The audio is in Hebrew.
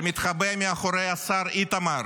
שמתחבא מאחורי השר איתמר,